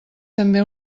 també